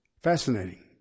Fascinating